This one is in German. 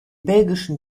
belgischen